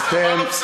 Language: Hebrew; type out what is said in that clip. טוב,